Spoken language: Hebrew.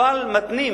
אבל מתנים,